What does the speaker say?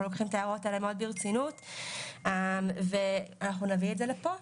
אנחנו לוקחים את ההערות האלה מאוד ברצינות ואנחנו נביא את זה לפה.